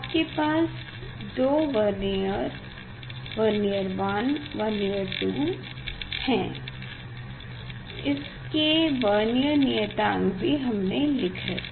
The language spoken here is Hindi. आपके पास दो वर्नियर वर्नियर 1 और वर्नियर 2 हैं इसके वर्नियर नियतांक भी हमने लिख लिए हैं